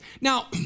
Now